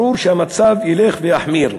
ברור שהמצב ילך ויחמיר,